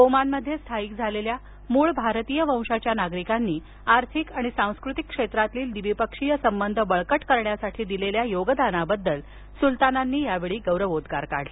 ओमानमध्ये स्थायिक झालेल्या मूळ भारतीय वंशाच्या नागरिकांनी आर्थिक आणि सांस्कृतिक क्षेत्रातील द्विपक्षीय संबंध बळकट करण्यासाठी दिलेल्या योगदानाबद्दल सुलतानांनी यावेळी गौरवोद्गार काढले